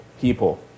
people